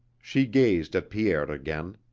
she gazed at pierre again